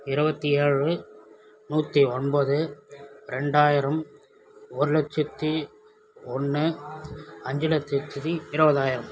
இருவத்தி ஏழு நூற்றி ஒன்பது ரெண்டாயிரம் ஒரு லட்சத்தி ஒன்று ஐந்து லட்சத்தி இருவதாயிரம்